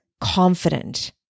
confident